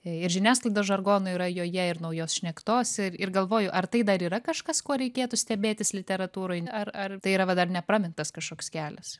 ir žiniasklaidos žargonų yra joje ir naujos šnektos ir ir galvoju ar tai dar yra kažkas kuo reikėtų stebėtis literatūroj ar ar tai yra va dar nepramintas kažkoks kelias